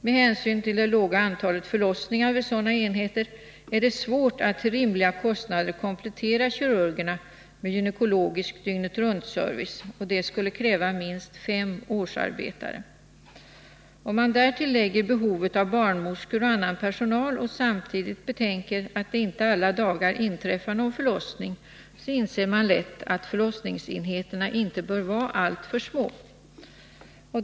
Med hänsyn till det låga antalet förlossningar vid sådana enheter är det svårt att till rimliga kostnader komplettera kirurgerna med gynekologisk dygnet-runt-service. Det skulle kräva minst fem årsarbetare. Om man därtill lägger behovet av barnmorskor och annan personal och samtidigt betänker att det inte alla dagar inträffar någon förlossning inser man lätt att förlossningsenheterna inte bör vara alltför små.